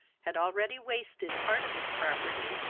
had already wasted part of his property,